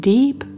Deep